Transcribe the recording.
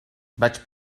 vaig